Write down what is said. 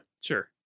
Sure